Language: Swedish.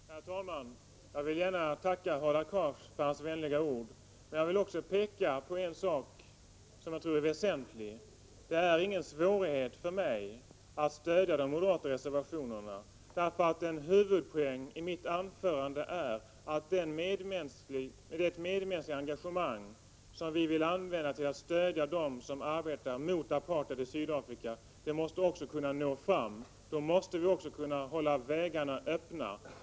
Herr talman! Jag vill gärna tacka Hadar Cars för hans vänliga ord. Men jag vill också peka på en sak som jag tror är väsentlig. Det är ingen svårighet för mig att stödja de moderata reservationerna, därför att en huvudpoäng i mitt anförande är att det medmänskliga engagemang som vi vill använda till att stödja dem som arbetar mot apartheid i Sydafrika också måste kunna nå fram. Då måste vi hålla vägarna öppna.